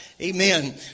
Amen